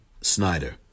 Snyder